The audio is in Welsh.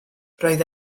roedd